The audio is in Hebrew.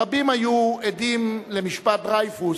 רבים היו עדים למשפט דרייפוס,